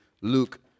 Luke